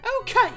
Okay